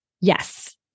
Yes